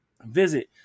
Visit